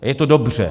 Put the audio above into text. A je to dobře.